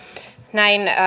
näin